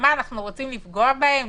אנחנו רוצים לפגוע בהם?